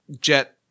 jet